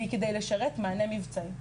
כדי לשרת מענה מבצעי.